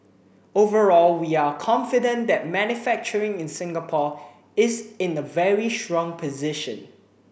overall we are confident that manufacturing in Singapore is in a very strong position